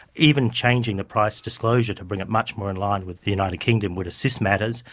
even changing the price disclosure to bring it much more in line with the united kingdom would assist matters.